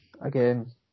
Again